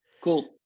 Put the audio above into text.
cool